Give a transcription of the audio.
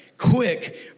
Quick